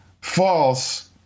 false